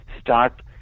start